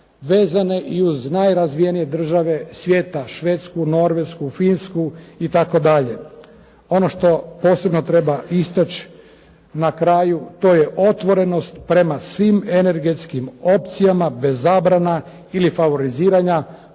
vezane i uz najrazvijenije države svijeta, Švedsku, Norvešku, Finsku itd. Ono što posebno treba istaći na kraju to je otvorenost prema svim energetskim opcijama bez zabrana ili favoriziranja